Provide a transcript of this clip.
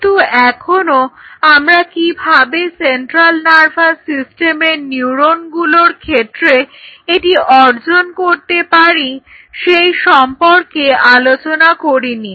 কিন্তু এখনো আমরা কিভাবে সেন্ট্রাল নার্ভাস সিস্টেমের নিউরনগুলোর ক্ষেত্রে এটি অর্জন করতে পারি সেই সম্পর্কে আলোচনা করিনি